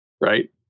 Right